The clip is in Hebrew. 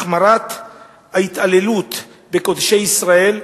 החמרת ההתעללות בקודשי ישראל,